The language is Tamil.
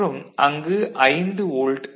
மற்றும் அங்கு 5 வோல்ட் டி